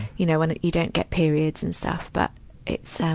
you know, when you don't get periods and stuff. but it's,